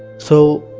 so.